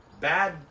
bad